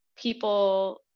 people